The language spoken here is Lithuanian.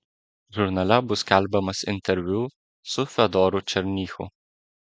žurnale bus skelbiamas interviu su fedoru černychu